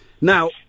Now